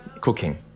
cooking